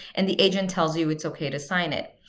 and the agent tells you it's okay to sign it.